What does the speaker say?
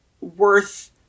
worth